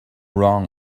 wrong